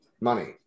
money